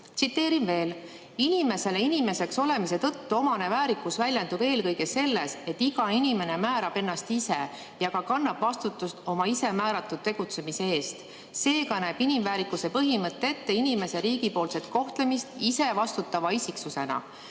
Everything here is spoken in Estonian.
Tsiteerin veel: "Inimesele inimeseks olemise tõttu omane väärikus väljendub eelkõige selles, et iga inimene määrab ennast ise ja ka kannab vastutust oma ise määratud tegutsemise eest. Seega näeb inimväärikuse põhimõte ette inimese riigipoolset kohtlemist "ise vastutava isiksusena".